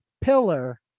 pillar